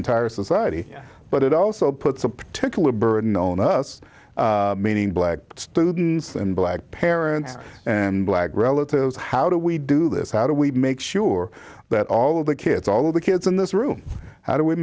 entire society but it also puts a particular burden on us meaning black students and black parents and black relatives how do we do this how do we make sure that all of the kids all of the kids in this room how do we